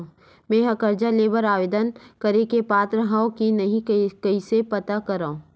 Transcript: मेंहा कर्जा ले बर आवेदन करे के पात्र हव की नहीं कइसे पता करव?